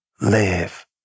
live